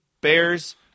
Bears